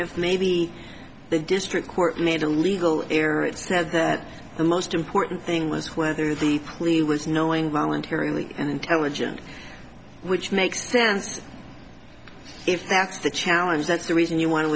if maybe the district court made a legal error it says that the most important thing was whether the plea was knowing voluntarily and intelligent which makes sense if that's the challenge that's the reason you wan